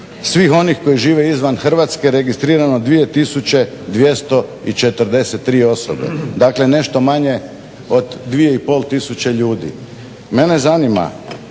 svih onih koji žive izvan Hrvatske registrirano 2243 osobe. Dakle, nešto manje od 2500 ljudi. Mene zanima